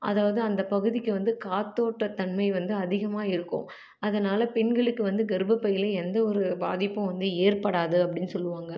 அதாவது அந்த பகுதிக்கு வந்து காற்தோட்ட தன்மை வந்து அதிகமாக இருக்கும் அதனால பெண்களுக்கு வந்து கர்ப்பப்பையில எந்த ஒரு பாதிப்பும் வந்து ஏற்படாது அப்படின்னு சொல்லுவாங்க